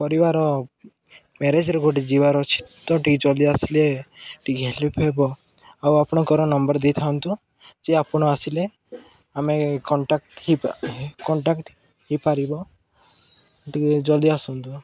ପରିବାର ମ୍ୟାରେଜ୍ର ଗୋଟେ ଯିବାର ଅଛି ତ ଟିକେ ଜଲ୍ଦି ଆସିଲେ ଟିକେ ହେଲ୍ପ ହେବ ଆଉ ଆପଣଙ୍କର ନମ୍ବର ଦେଇଥାନ୍ତୁ ଯେ ଆପଣ ଆସିଲେ ଆମେ କଣ୍ଟାକ୍ଟ ହେଇ କଣ୍ଟାକ୍ଟ ହେଇପାରିବ ଟିକେ ଜଲ୍ଦି ଆସନ୍ତୁ